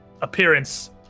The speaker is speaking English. appearance